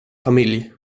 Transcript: familj